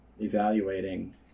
evaluating